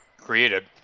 created